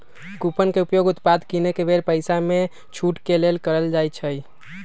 coupon के उपयोग उत्पाद किनेके बेर पइसामे छूट के लेल कएल जाइ छइ